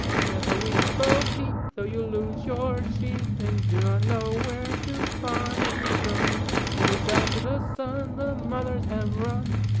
never weep, bo peep, though you lose your sheep, and do not know where to find them tis after the sun the mothers have run,